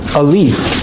a leaf,